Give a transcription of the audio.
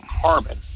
carbon